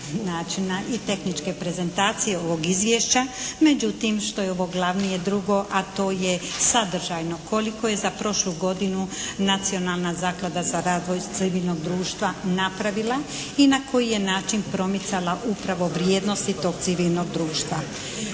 načina i tehničke prezentacije ovog izvješća, međutim što je ovo glavnije drugo, a to je sadržajno koliko je za prošlu godinu nacionalna zaklada za razvoj civilnog društva napravila i na koji je način promicala upravo vrijednosti tog civilnog društva.